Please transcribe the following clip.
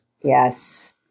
Yes